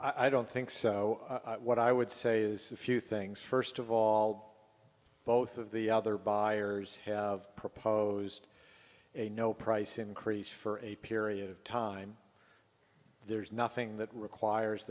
i don't think so what i would say is a few things first of all both of the other buyers have proposed a no price increase for a period of time there's nothing that requires